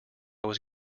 was